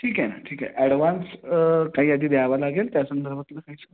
ठीक आहे ना ठीक आहे ॲडवान्स काही आधी द्यावा लागेल त्या संदर्भातलं काही